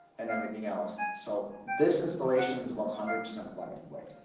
and everything else. so, this installation is one hundred percent plug-and-play.